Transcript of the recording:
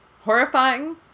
Horrifying